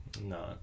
No